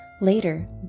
Later